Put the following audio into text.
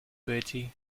bertie